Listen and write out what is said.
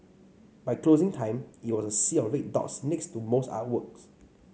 by closing time it was a sea of red dots next to most artworks